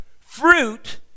fruit